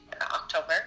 October